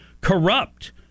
corrupt